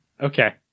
Okay